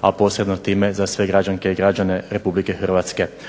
a posebno time za sve građanke i građane RH. Ovaj